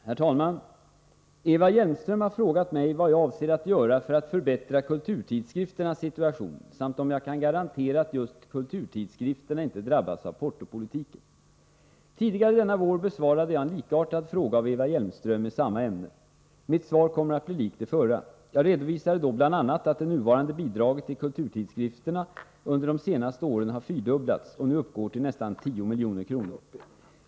Herr talman! Eva Hjelmström har frågat mig vad jag avser att göra för att förbättra kulturtidskrifternas situation samt om jag kan garantera att just kulturtidskrifterna inte drabbas av portopolitiken. Tidigare denna vår besvarade jag en likartad fråga av Eva Hjelmström i samma ämne. Mitt svar kommer att bli likt det förra. Jag redovisade då bl.a. att det nuvarande bidraget till kulturtidskrifter under de senaste sex åren har fyrdubblats och nu uppgår till nästan 10 milj.kr.